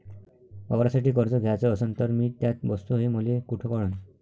वावरासाठी कर्ज घ्याचं असन तर मी त्यात बसतो हे मले कुठ कळन?